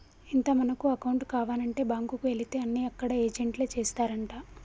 ఇంత మనకు అకౌంట్ కావానంటే బాంకుకు ఎలితే అన్ని అక్కడ ఏజెంట్లే చేస్తారంటా